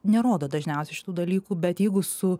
nerodo dažniausiai šitų dalykų bet jeigu su